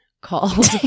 called